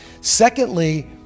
Secondly